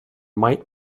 might